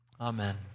Amen